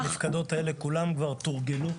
במפקדות האלה כולם כבר תורגלו,